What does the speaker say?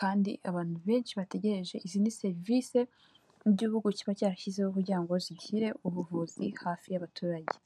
kandi abantu benshi bategereje izindi serivisi igihugu kiba cyarashyizeho kugira ngo zigire ubuvuzi hafi y'abaturage.